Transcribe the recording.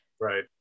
Right